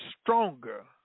stronger